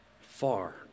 far